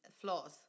flaws